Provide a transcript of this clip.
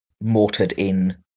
mortared-in